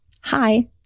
hi